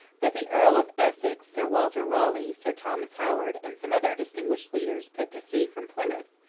but the earl of essex, sir walter raleigh, sir thomas howard, and some other distinguished leaders, put to sea from plymouth,